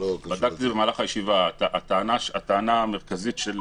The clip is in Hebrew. הטענה המרכזית של